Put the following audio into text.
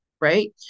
right